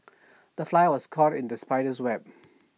the fly was caught in the spider's web